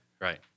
right